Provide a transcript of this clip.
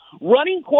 Running